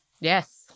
yes